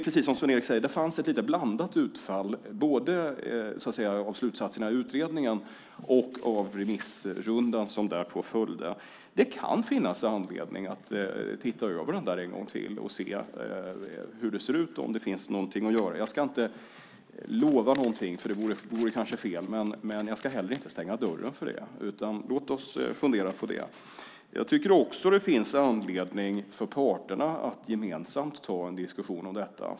Precis som Sven-Erik Österberg säger fanns där ett lite blandat utfall - både av slutsatserna i utredningen och av remissrundan som följde därpå. Det kan finnas anledning att se över detta ännu en gång och se om det finns något att göra. Jag ska inte lova något, för det vore kanske fel, men jag ska inte heller stänga dörren för det. Låt oss fundera! Jag tycker också att det finns anledning för parterna att ta en diskussion om detta.